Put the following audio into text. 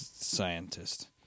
scientist